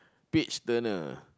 page turner